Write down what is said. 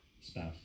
spouse